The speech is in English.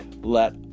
Let